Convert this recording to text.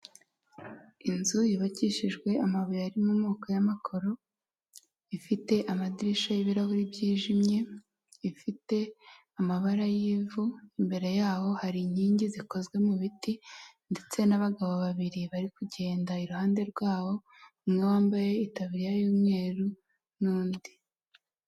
Inzu yubakishijwe amabuye ari mu moko y'amakoro ifite amadirishya y'ibirahuri byijimye, ifite amabara y'ivu. Imbere yaho hari inkingi zikozwe mu biti, ndetse n'abagabo babiri bari kugenda iruhande rwaho, umwe wambaye itaburiya y'umweru n'undi.